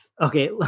Okay